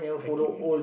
I keep young